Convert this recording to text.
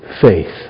faith